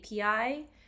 API